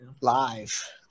live